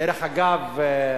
דרך אגב,